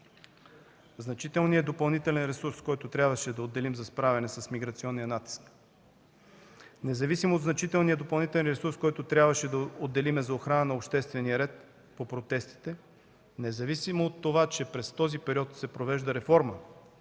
значителния допълнителен ресурс, който трябваше да отделим за справяне с миграционния натиск, независимо от значителния допълнителен ресурс, който трябваше да отделим за охрана на обществения ред по протестите, независимо от това, че през този период се провежда реформа